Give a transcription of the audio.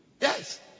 yes